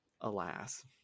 alas